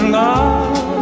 love